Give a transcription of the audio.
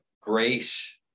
grace